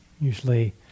usually